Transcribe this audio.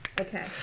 Okay